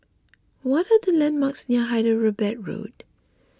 what are the landmarks near Hyderabad Road